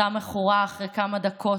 אותה מכורה, אחרי כמה דקות